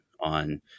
on